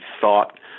thought